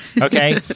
okay